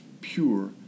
pure